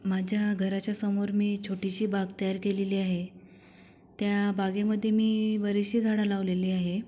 माझ्या घराच्यासमोर मी छोटीशी बाग तयार केलेली आहे त्या बागेमध्ये मी बरेचसे झाडं लावलेले आहे